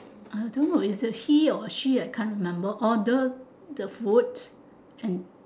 I don't know is a he or a she I can't remember ordered the food and